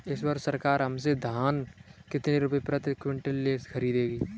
इस वर्ष सरकार हमसे धान कितने रुपए प्रति क्विंटल खरीदेगी?